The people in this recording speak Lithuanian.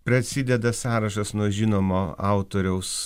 prasideda sąrašas nuo žinomo autoriaus